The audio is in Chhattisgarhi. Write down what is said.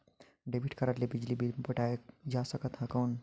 डेबिट कारड ले बिजली बिल पटाय जा सकथे कौन?